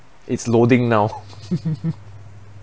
it's loading now